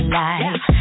life